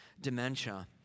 dementia